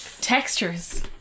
textures